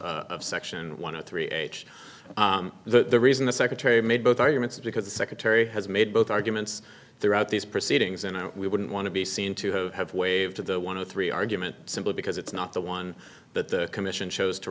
section one of three h the reason the secretary made both arguments because the secretary has made both arguments throughout these proceedings and we wouldn't want to be seen to have waved at one of the three argument simply because it's not the one that the commission chose to